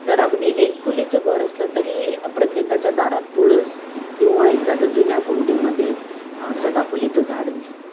तर अगदी एक खोलीचं घर असलं तरी प्रत्येकाच्या दारात तुळस किंवा एखाद्या जुन्या कुंडीमध्ये सदाफुलीचं झाड दिसतं